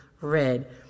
Red